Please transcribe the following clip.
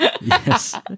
yes